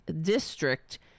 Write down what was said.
district